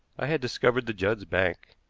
i had discovered the judds' bank.